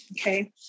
Okay